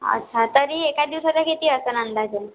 अच्छा तरी एका दिवसाचा किती असेल अंदाजे